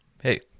Hey